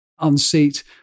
unseat